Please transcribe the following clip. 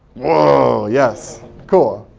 wow, yes cool.